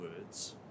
words